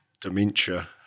dementia